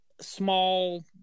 small